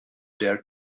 dared